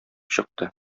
чыкты